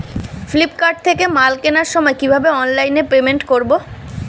Flipkart থেকে মাল কেনার সময় কিভাবে অনলাইনে পেমেন্ট করব?